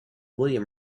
william